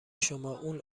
شما، اون